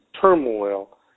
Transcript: turmoil